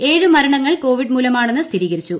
് ഏഴ് മരണങ്ങൾ കോവിഡ് മൂലമാണെന്ന് സ്ഥിരീകരിച്ചു